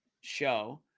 show